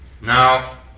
Now